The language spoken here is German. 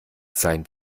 sein